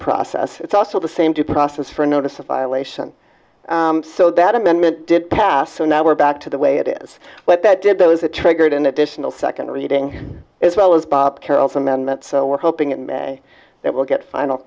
process it's also the same due process for notice a violation so that amendment did pass so now we're back to the way it is what that did though is it triggered an additional second reading as well as bob carroll's amendment so we're hoping in may that we'll get final